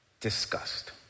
disgust